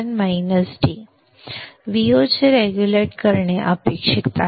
Vo चे regulate करणे अपेक्षित आहे